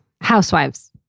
housewives